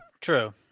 true